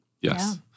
Yes